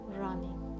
running